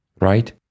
Right